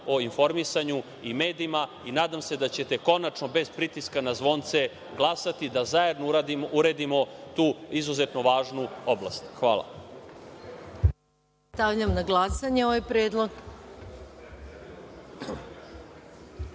o informisanju i medijima i nadam se da ćete konačno, bez pritiska na zvonce, glasati, da zajedno uredimo tu izuzetno važnu oblast. Hvala. **Maja Gojković** Stavljam na glasanje ovaj